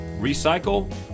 recycle